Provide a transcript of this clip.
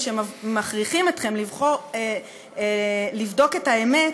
שמלבות פחד ושנאה במקום לרדת לרגע האמת.